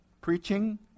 preaching